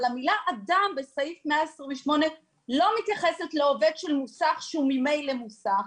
המילה "אדם" בסעיף 128 לא מתייחסת לעובד של מוסך שהוא ממילא מוסך,